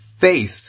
faith